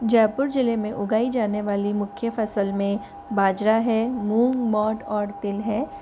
जयपुर ज़िले में उगाई जाने वाली मुख्य फ़सल में बाजरा है मूंग मोठ और तिल है